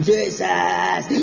Jesus